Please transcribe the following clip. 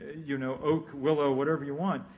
you know oak, willow, whatever you want.